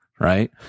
Right